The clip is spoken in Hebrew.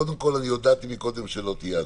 קודם כל, הודעתי קודם שלא תהיה הצבעה.